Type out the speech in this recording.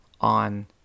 on